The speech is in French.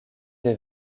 des